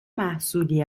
محصولی